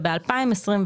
ב-2026,